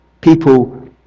people